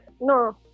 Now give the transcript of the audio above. No